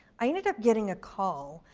i ended up getting a call,